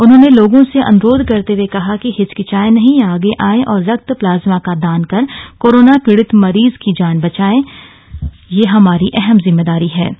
उन्होंने लोगों से अनुरोध करते हुए कहा है कि हिचकिचाएं नहीं आगे आएं और रक्त प्लाज्मा का दान कर कोरोना पीड़ित मरीज की जान बचाने में अपनी अहम जिम्मेदारी निभाएं